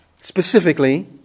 specifically